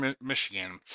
Michigan